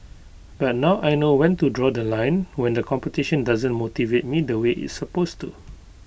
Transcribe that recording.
but now I know when to draw The Line when the competition doesn't motivate me the way it's supposed to